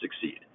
succeed